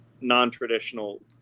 non-traditional